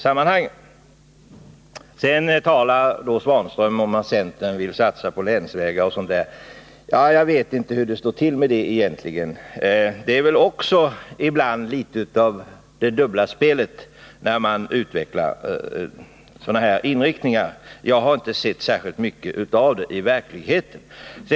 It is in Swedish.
Sedan talar Ivan Svanström om att centern vill satsa på länsvägar m.m. Jag vet inte hur det står till med det egentligen. Det är väl också litet av dubbelspel, när man ibland hänvisar till den inriktningen. Jag har inte sett särskilt mycket av den i verkligheten.